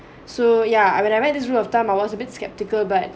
so yeah ah when I read this rule of thumb I was a bit skeptical but